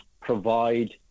provide